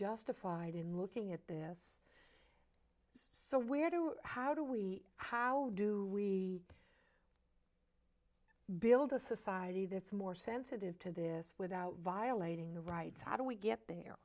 justified in looking at this so where do how do we how do we build a society that's more sensitive to this without violating the rights how do we get